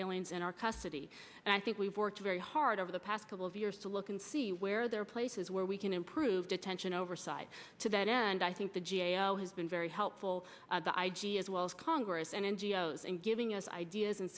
aliens in our custody and i think we've worked very hard over the past couple of years to look and see where there are places where we can improve detention oversight to that end i think the g a o has been very helpful the i g as well as congress and n g o s and giving us ideas and